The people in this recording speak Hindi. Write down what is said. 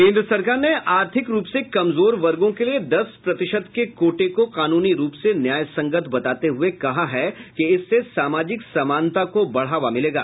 केन्द्र सरकार ने आर्थिक रूप से कमजोर वर्गों के लिए दस प्रतिशत के कोटे को कानूनी रूप से न्याय संगत बताते हुए कहा है कि इससे सामाजिक समानता को बढ़ावा मिलेगा